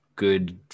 good